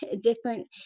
different